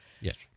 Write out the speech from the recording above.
Yes